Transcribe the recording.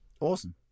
Awesome